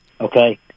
okay